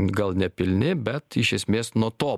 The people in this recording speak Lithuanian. gal nepilni bet iš esmės nuo to